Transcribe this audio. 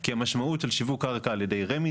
כי המשמעות של שיווק קרקע על ידי רמ״י,